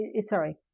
sorry